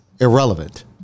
irrelevant